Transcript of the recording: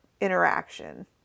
interaction